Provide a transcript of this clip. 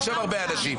אין שם הרבה אנשים.